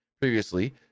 Previously